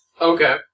Okay